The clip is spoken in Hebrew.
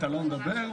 תודה רבה,